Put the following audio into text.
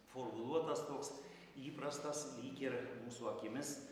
formuluotas toks įprastas lyg ir mūsų akimis